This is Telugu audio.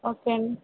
ఓకే అండి